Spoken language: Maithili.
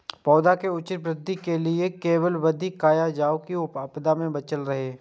पौधा के उचित वृद्धि के लेल कथि कायल जाओ की आपदा में बचल रहे?